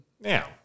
Now